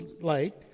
light